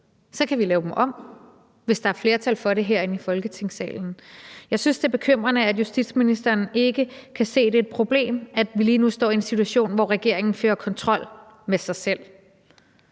så kan vi lave dem om, hvis der er flertal for det herinde i Folketingssalen. Jeg synes, det er bekymrende, at justitsministeren ikke kan se, at det er et problem, at vi lige nu står i en situation, hvor regeringen fører kontrol med sig selv.